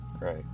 Right